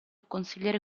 consigliere